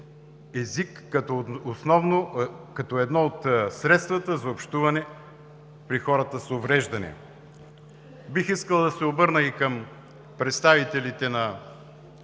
език като едно от средствата за общуване при хората с увреждане? Бих искал да се обърна и към представителите